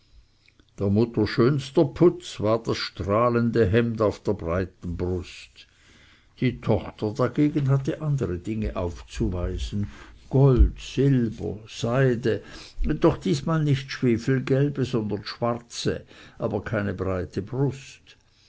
der mutter schönster putz war das strahlende hemd auf der breiten brust die tochter dagegen haue andere dinge aufzuweisen gold silber seide doch diesmal nicht schwefelgelbe sondern schwarze aber keine breite brust